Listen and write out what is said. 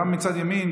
גם מצד ימין,